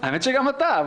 האמת שגם אתה.